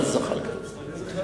זחאלקה.